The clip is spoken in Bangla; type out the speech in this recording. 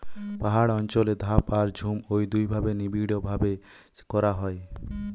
পাহাড় অঞ্চলে ধাপ আর ঝুম ঔ দুইভাবে নিবিড়চাষ করা হয়